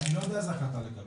שאני לא יודע איזה החלטה לקבל,